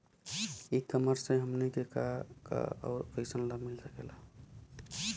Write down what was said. ई कॉमर्स से हमनी के का का अउर कइसन लाभ मिल सकेला?